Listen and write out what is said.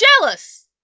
Jealous